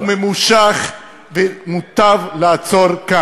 הוא ממושך, ומוטב לעצור כאן.